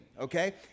Okay